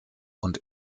und